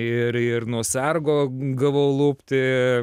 ir ir nuo sargo gavau lupti